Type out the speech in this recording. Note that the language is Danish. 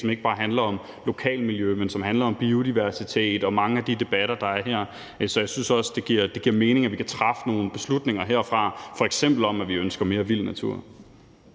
som ikke bare handler om lokalmiljø, men som handler om biodiversitet og mange af de debatter, der er her. Så synes jeg også, det giver mening, at vi kan træffe nogle beslutninger herfra, f.eks. om, at vi ønsker mere vild natur.